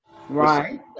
Right